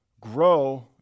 grow